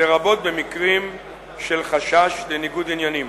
לרבות במקרים של חשש לניגוד עניינים.